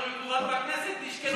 והעיקרון מקובל בכנסת, תשקלו.